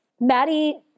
Maddie